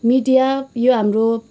media यो हाम्रो